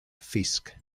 fiske